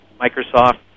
Microsoft